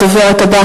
שנלר, תודה רבה.